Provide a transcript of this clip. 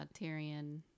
Tyrion